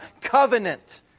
covenant